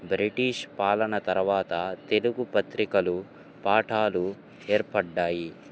British పాలన తర్వాత తెలుగు పత్రికలు పాఠాలు ఏర్పడ్డాయి